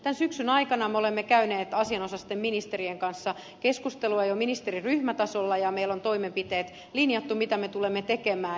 tämän syksyn aikana me olemme käyneet asianosaisten ministerien kanssa keskustelua jo ministeriryhmätasolla ja meillä on toimenpiteet linjattu mitä me tulemme tekemään